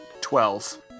Twelve